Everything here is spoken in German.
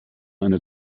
eine